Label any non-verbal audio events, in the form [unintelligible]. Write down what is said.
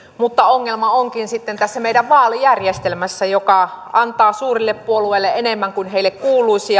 mutta ongelma onkin sitten tässä meidän vaalijärjestelmässämme joka antaa suurille puolueille enemmän kuin heille kuuluisi [unintelligible]